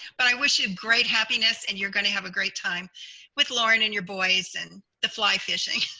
but i wish you great happiness and you're gonna have a great time with lauren and your boys and the fly fishing.